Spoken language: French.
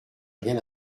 rien